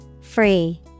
Free